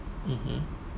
mmhmm